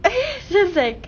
just like